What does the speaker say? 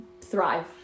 thrive